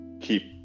keep